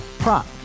Prop